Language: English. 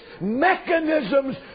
mechanisms